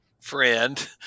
friend